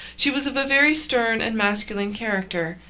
she was of a very stern and masculine character,